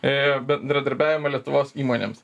bendradarbiavimą lietuvos įmonėms